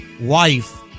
wife